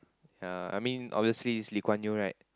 ya I mean obviously its Lee-Kuan-Yew right